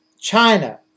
China